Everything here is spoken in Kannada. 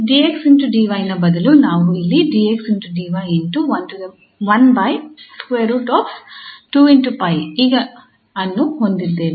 𝑑𝑥 𝑑𝑦 ನ ಬದಲು ನಾವು ಅಲ್ಲಿ ಈಗ ಅನ್ನು ಹೊಂದಿದ್ದೇವೆ